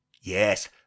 yes